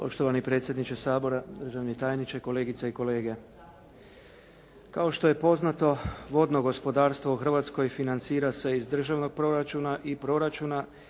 Poštovani predsjedniče Sabora, državni tajniče, kolegice i kolege. Kao što je poznato, vodno gospodarstvo u Hrvatskoj financira se iz državnog proračuna i proračuna